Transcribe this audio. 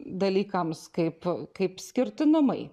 dalykams kaip kaip skirtinumai